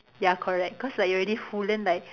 ya correct cause like you're already full then like